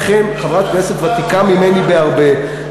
את אכן חברת כנסת ותיקה ממני בהרבה,